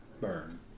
burn